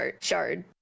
shard